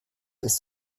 ist